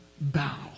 bow